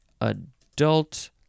adult